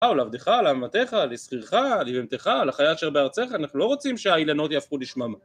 או לעבדך, לאמתך, לשכירך, לעבדך, לחיה אשר בארצך, אנחנו לא רוצים שהאילנות יהפכו לשמם.